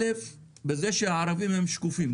בזה שהערבים הם שקופים,